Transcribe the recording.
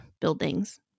buildings